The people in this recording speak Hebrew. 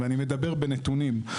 ואני מדבר בנתונים,